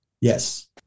Yes